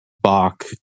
Bach